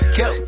go